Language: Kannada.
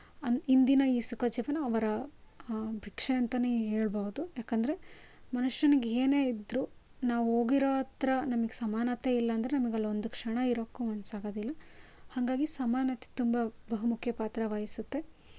ಇಂದಿನ ಈ ಸುಖಜೀವನ ಅವರ ಭಿಕ್ಷೆ ಅಂತಾನೇ ಹೇಳ್ಬಹುದು ಯಾಕಂದರೆ ಮನುಷ್ಯನಿಗೆ ಏನೇ ಇದ್ರೂ ನಾವು ಹೋಗಿರೋ ಹತ್ರ ನಮಗೆ ಸಮಾನತೆ ಇಲ್ಲಾಂದರೆ ನಮಗೆ ಅಲ್ಲಿ ಒಂದು ಕ್ಷಣ ಇರೋಕ್ಕೂ ಮನ್ಸಾಗೋದಿಲ್ಲ ಹಾಗಾಗಿ ಸಮಾನತೆ ತುಂಬ ಬಹುಮುಖ್ಯ ಪಾತ್ರ ವಹಿಸುತ್ತೆ